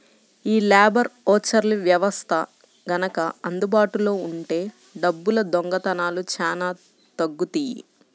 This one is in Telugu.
యీ లేబర్ ఓచర్ల వ్యవస్థ గనక అందుబాటులో ఉంటే డబ్బుల దొంగతనాలు చానా తగ్గుతియ్యి